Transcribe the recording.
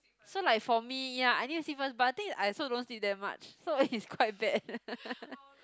so like for me ya I need to sleep first but the thing is I also don't sleep that much so it's quite bad